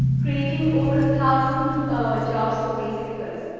creating over a thousand jobs for waste pickers.